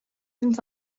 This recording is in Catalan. dins